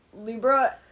Libra